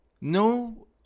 No